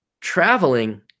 traveling